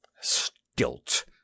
Stilt